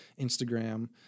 Instagram